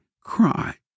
cry